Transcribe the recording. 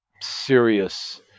serious